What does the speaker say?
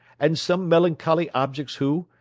and some melancholy objects who,